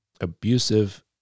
abusive